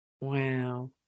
Wow